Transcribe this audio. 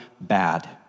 bad